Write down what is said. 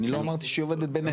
אני לא אמרתי שהיא עובדת בנת"ע.